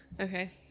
Okay